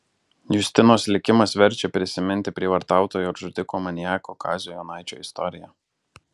justinos likimas verčia prisiminti prievartautojo ir žudiko maniako kazio jonaičio istoriją